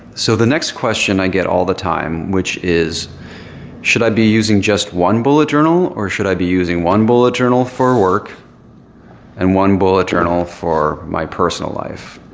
so the next question i get all the time which is should i be using just one bullet journal? or should i be using one bullet journal for work and one bullet journal for my personal life?